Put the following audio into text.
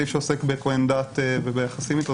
הסעיף שעוסק בכהן דת וביחסים איתו,